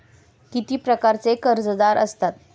किती प्रकारचे कर्जदार असतात